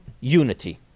unity